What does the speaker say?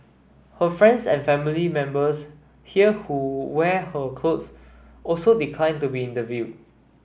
her friends and family members here who wear her clothes also declined to be interviewed